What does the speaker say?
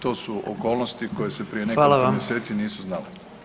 To su okolnosti koje se prije nekoliko [[Upadica: Hvala vam.]] mjeseci nisu znale.